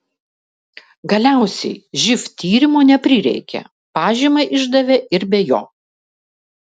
galiausiai živ tyrimo neprireikė pažymą išdavė ir be jo